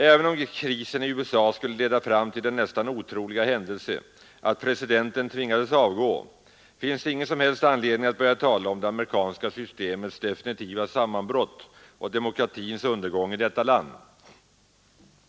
Även om krisen i USA skulle leda fram till den nästan otroliga händelsen att presidenten tvingades avgå, finns det ingen som helst anledning att börja tala om det amerikanska systemets definitiva sammanbrott och demokratins undergång i detta land.